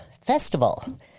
festival